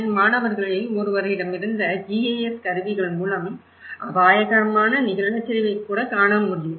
என் மாணவர்களில் ஒருவரிடமிருந்த GIS கருவிகள் மூலம் அபாயகரமான நிலச்சரிவை காணக்கூட முடியும்